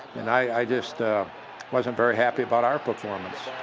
and i just wasn't very happy about our performance.